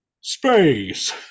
space